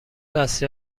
دستی